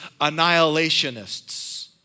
annihilationists